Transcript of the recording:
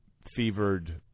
fevered